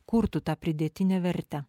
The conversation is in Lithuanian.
kurtų tą pridėtinę vertę